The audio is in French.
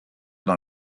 dans